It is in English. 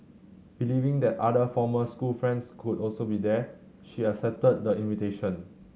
believing that other former school friends could also be there she accepted the invitation